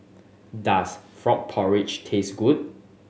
does frog porridge taste good